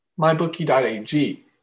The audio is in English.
MyBookie.ag